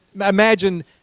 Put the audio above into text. imagine